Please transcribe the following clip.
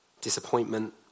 Disappointment